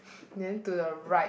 then to the right